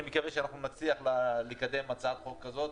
אני מקווה שנצליח לקדם הצעת חוק כזאת